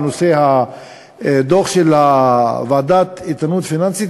נושא הדוח של הוועדה לאיתנות פיננסית,